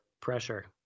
pressure